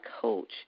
coach